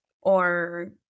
or-